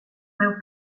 veu